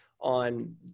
on